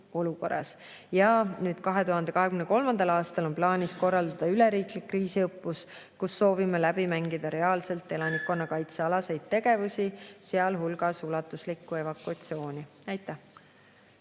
2023. aastal on plaanis korraldada üleriiklik kriisiõppus, kus soovime läbi mängida reaalselt elanikkonnakaitsealaseid tegevusi, sealhulgas ulatusliku evakuatsiooni. Aitäh!